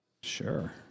Sure